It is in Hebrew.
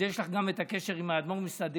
יש לך קשר גם עם האדמו"ר מסדיגורה,